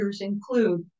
include